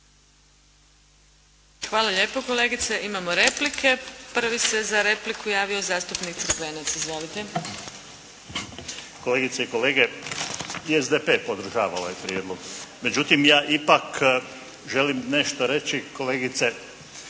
Hvala lijepo kolegice. Imamo replike. Prvi se za repliku javio zastupnik Crkvenac, izvolite. **Crkvenac, Mato (SDP)** Kolegice i kolege. I SDP podržava ovaj prijedlog. Međutim, ja ipak želim nešto reći kolegice